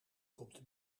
komt